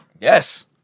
Yes